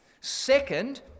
Second